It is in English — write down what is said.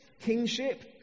kingship